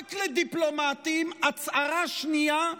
הצהרה שנייה.